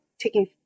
taking